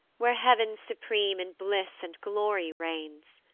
where heav'n's supreme in bliss and glory reigns.